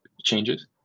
changes